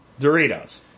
Doritos